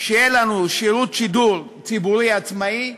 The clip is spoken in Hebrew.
שיהיה לנו שירות שידור ציבורי עצמאי,